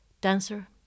dancer